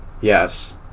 Yes